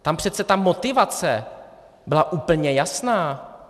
Tam přece ta motivace byla úplně jasná.